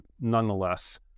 nonetheless